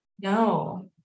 No